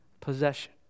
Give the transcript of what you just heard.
possession